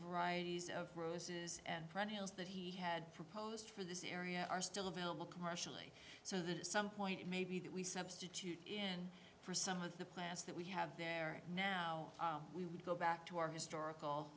varieties of roses and perennials that he had proposed for this area are still available commercially so that at some point maybe that we substitute in for some of the plants that we have there now we would go back to our historical